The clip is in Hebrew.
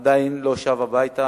עדיין לא שב הביתה.